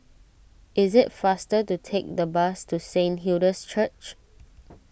it is faster to take the bus to Saint Hilda's Church